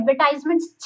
advertisements